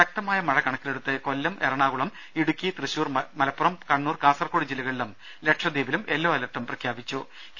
ശക്തമായ മഴ കണക്കിലെടുത്ത് കൊല്ലം എറണാകുളം ഇടുക്കി തൃശൂർ മലപ്പുറം കണ്ണൂർ കാസർകോട് ജില്ലകളിലും ലക്ഷദ്വീപിലും യെല്ലോ അലർട്ടും പ്രഖ്യാപിച്ചിട്ടുണ്ട്